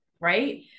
Right